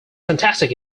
fantastic